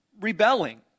rebelling